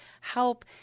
help